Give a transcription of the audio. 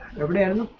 a man